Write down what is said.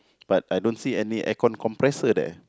but I don't see any aircon compressor there